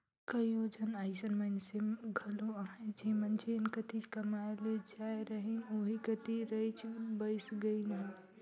कइयो झन अइसन मइनसे घलो अहें जेमन जेन कती कमाए ले जाए रहिन ओही कती रइच बइस गइन अहें